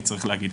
אני צריך להגיד,